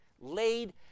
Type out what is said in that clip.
laid